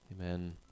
Amen